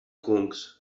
kungs